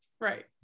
right